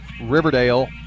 Riverdale